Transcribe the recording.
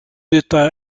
d’état